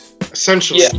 essentially